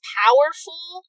powerful